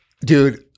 Dude